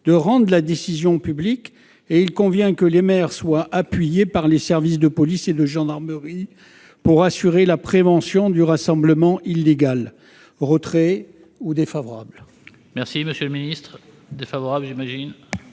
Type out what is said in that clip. de rendre la décision publique. Il convient que les maires soient appuyés par les services de police et de gendarmerie pour assurer la prévention du rassemblement illégal. Je demande le retrait